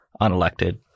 unelected